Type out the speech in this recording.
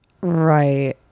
Right